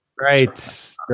right